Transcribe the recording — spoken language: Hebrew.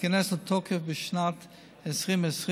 תיכנס לתוקף בשנת 2020,